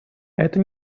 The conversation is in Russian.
это